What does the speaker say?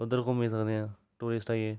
उद्धर घूमी सकदे आं अस टूरिस्ट आइयै